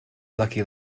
lucky